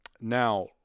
Now